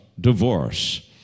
divorce